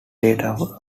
data